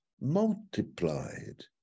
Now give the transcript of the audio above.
multiplied